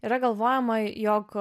yra galvojama jog